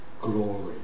glory